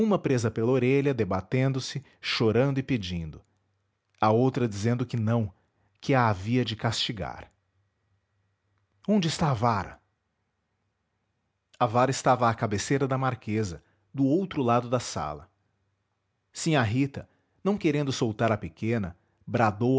presa pela orelha debatendo-se chorando e pedindo a outra dizendo que não que a havia de castigar onde está a vara a vara estava à cabeceira da marquesa do outro lado da sala sinhá rita não querendo soltar a pequena bradou